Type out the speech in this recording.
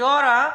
גיורא איילנד,